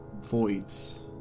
voids